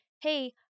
hey